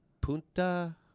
punta